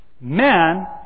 Man